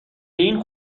این